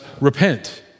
repent